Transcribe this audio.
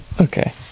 okay